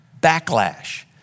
backlash